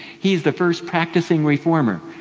he's the first practicing reformer.